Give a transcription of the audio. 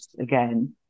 again